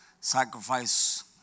sacrifice